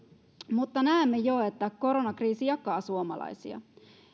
mutta näemme jo että koronakriisi jakaa suomalaisia